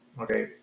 Okay